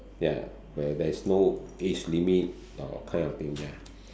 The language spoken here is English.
ya where there's no age limit or kind of thing ya